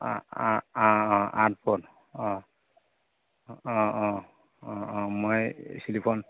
অঁ অঁ অঁ অঁ আঠফুট অঁ অঁ অঁ অঁ অঁ মই স্লিপখন